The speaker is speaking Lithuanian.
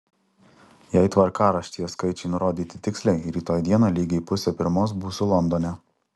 jei tvarkaraštyje skaičiai nurodyti tiksliai rytoj dieną lygiai pusę pirmos būsiu londone